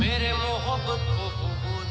रघुवीरने मधमाशांच्या पोळ्यावर दगड फेकून मारला